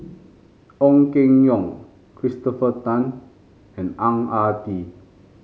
Ong Keng Yong Christopher Tan and Ang Ah Tee